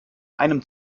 einem